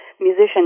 musician